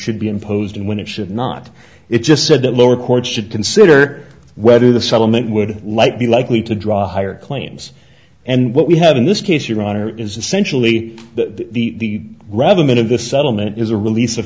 should be imposed and when it should not it just said the lower court should consider whether the settlement would like be likely to draw higher claims and what we have in this case your honor is essentially that the rabbit of the settlement is a release of